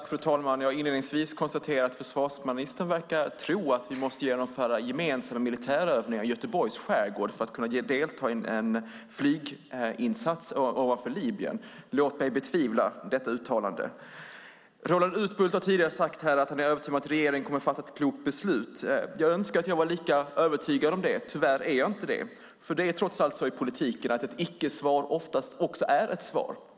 Fru talman! Inledningsvis konstaterar jag att försvarsministern verkar tro att vi måste genomföra gemensamma militärövningar i Göteborgs skärgård för att kunna delta i en flyginsats ovanför Libyen. Låt mig betvivla detta uttalande. Roland Utbult har tidigare sagt att han är övertygad om att regeringen kommer att fatta ett klokt beslut. Jag önskar att jag var lika övertygad om det. Tyvärr är jag inte det. Det är trots allt så i politiken att ett icke-svar oftast också är ett svar.